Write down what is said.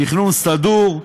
תכנון סדור,